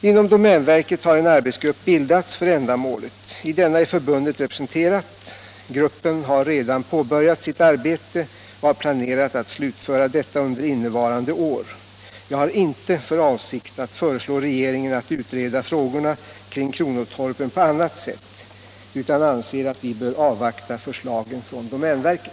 Inom domänverket har en arbetsgrupp bildats för ändamålet. I denna är förbundet representerat. Gruppen har redan påbörjat sitt arbete och har planerat att slutföra detta under innevarande år. Jag har inte för avsikt att föreslå regeringen att utreda frågorna kring kronotorpen på annat sätt, utan anser att vi bör avvakta förslagen från domänverket.